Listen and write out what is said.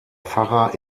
pfarrer